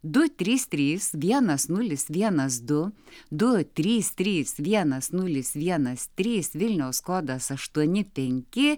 du trys trys vienas nulis vienas du du trys trys vienas nulis vienas trys vilniaus kodas aštuoni penki